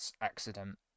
accident